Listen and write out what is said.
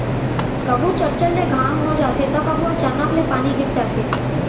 कभू चरचर ले घाम हो जाथे त कभू अचानक ले पानी गिर जाथे